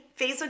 Facebook